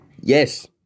Yes